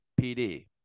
pd